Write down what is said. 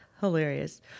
hilarious